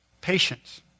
Patience